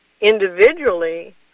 individually